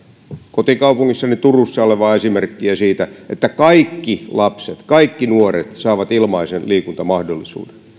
kotikaupungissani turussa olevaa esimerkkiä siitä että kaikki lapset kaikki nuoret saavat ilmaisen liikuntamahdollisuuden